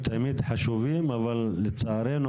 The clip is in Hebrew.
הדיונים תמיד חשובים, אבל לצערנו,